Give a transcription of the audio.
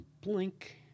blink